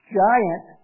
giant